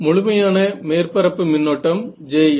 முழுமையான மேற்பரப்பு மின்னோட்டம் Js